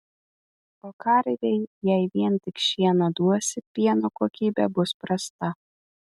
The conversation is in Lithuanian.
o karvei jei vien tik šieną duosi pieno kokybė bus prasta